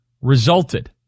resulted